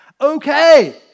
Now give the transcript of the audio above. okay